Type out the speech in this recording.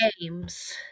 games